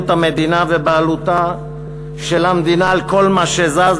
המדינה ובעלותה של המדינה על כל מה שזז,